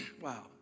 Wow